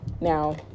Now